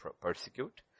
persecute